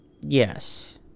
Yes